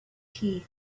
tea